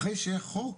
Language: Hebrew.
אחרי שיהיה חוק,